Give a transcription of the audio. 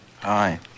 Hi